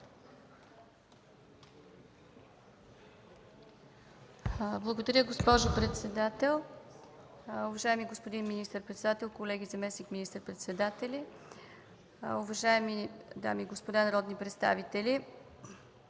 Благодаря, госпожо председател. Уважаеми господин министър-председател, колеги заместник министър-председатели! Уважаеми дами и господа народни представители,